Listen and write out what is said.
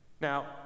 Now